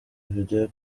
video